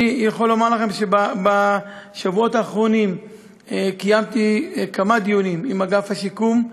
אני יכול לומר לכם שבשבועות האחרונים קיימתי כמה דיונים עם אגף השיקום.